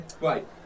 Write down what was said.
Right